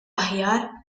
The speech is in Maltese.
aħjar